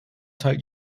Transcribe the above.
teil